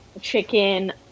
chicken